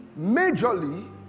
majorly